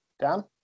Dan